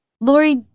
Lori